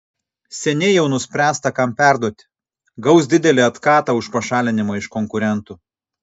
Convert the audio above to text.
seniai jau nuspręsta kam perduoti gaus didelį atkatą už pašalinimą iš konkurentų